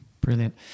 Brilliant